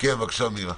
בבקשה, מירה.